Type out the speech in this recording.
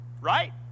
right